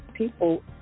people